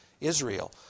Israel